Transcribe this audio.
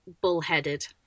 bullheaded